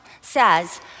says